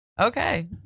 Okay